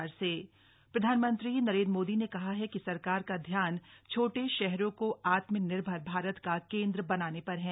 PM Agra प्रधानमंत्री नरेंद्र मोदी ने कहा है कि सरकार का ध्यान छोटे शहरों को आत्मनिर्भर भारत का केंद्र बनाने पर है